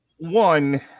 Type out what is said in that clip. One